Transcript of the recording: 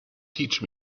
teach